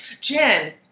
Jen